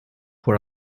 for